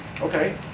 okay